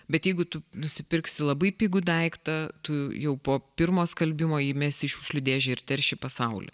bet jeigu tu nusipirksi labai pigų daiktą tu jau po pirmo skalbimo įmesi į šiukšlių dėžę ir terši pasaulį